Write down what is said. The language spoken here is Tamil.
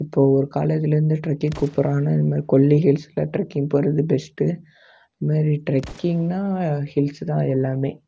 இப்போது ஒரு காலேஜ்லேருந்து ட்ரக்கிங் கூப்பிட்றாங்கனா இதுமாதிரி கொல்லி ஹில்ஸ்ல ட்ரக்கிங் போகிறது பெஸ்ட் இதுமாதிரி ட்ரக்கிங்னா ஹில்ஸ் தான் எல்லாமே